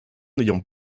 n’ayant